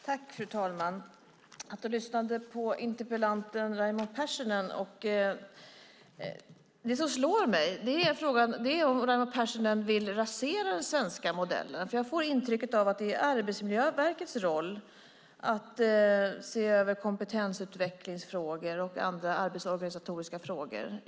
Fru talman! Jag satt och lyssnade på interpellanten Raimo Pärssinen. Det som slog mig var frågan om Raimo Pärssinen vill rasera den svenska modellen, för jag får intrycket att det är Arbetsmiljöverkets roll att se över kompetensutvecklingsfrågor och andra arbetsorganisatoriska frågor.